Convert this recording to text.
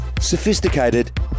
sophisticated